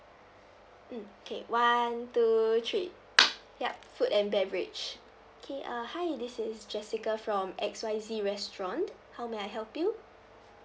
mm K one two three ya food and beverage K uh hi this is jessica from X Y Z restaurant how may I help you